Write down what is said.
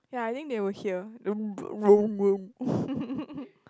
yeah I think they will hear